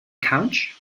couch